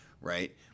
right